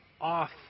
off